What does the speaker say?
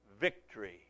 Victory